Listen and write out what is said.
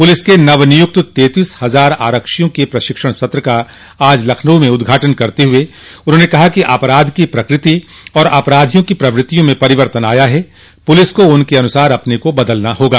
police के नवनियुक्त तैंतीस हजार आरक्षियों के प्रशिक्षण सत्र का आज लखनऊ में उद्घाटन करते हुए उन्हाने कहा कि अपराध की प्रकृति और अपराधियों की प्रवृत्तियों में परिवर्तन आया हैं पुलिस को उनके अनुसार अपने को बदलना होगा